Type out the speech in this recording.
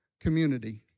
community